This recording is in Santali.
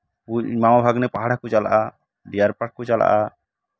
ᱢᱟᱢᱟ ᱵᱷᱟᱜᱽᱱᱮ ᱯᱟᱦᱟᱲ ᱠᱚ ᱪᱟᱞᱟᱜᱼᱟ ᱰᱤᱭᱟᱨ ᱯᱟᱨᱠ ᱠᱚ ᱪᱟᱞᱟᱜᱼᱟ